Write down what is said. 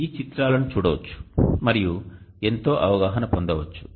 మీరు ఈ చిత్రాలను చూడవచ్చు మరియు ఎంతో అవగాహన పొందవచ్చు